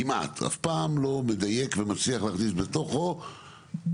כמעט אף פעם לא מדייק ומצליח להכניס בתוכו מה